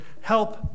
help